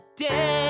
day